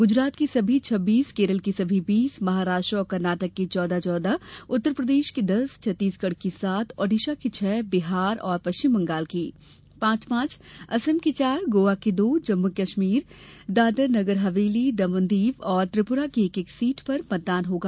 गुजरात की सभी छब्बीस केरल की सभी बीस महाराष्ट्र और कर्नाटक की चौदह चौदह उत्तर प्रदेश की दस छत्तीसगढ़ की सात ओडिशा की छह बिहार और पश्चिम बंगाल की पांच पांच असम की चार गोवा की दो जम्मू कश्मीर दादर नगरहवेली दमण दीव और त्रिपुरा की एक एक सीट पर मतदान होगा